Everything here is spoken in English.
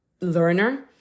learner